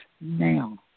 now